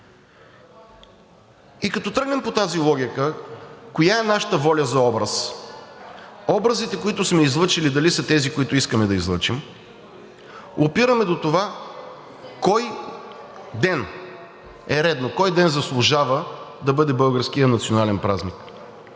И като тръгнем по тази логика, коя е нашата воля за образ? Образите, които сме излъчили, дали са тези, които искаме да излъчим, опираме до това кой ден е редно, кой ден заслужава да бъде българският национален празник.